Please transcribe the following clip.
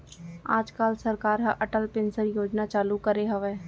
आज काल सरकार ह अटल पेंसन योजना चालू करे हवय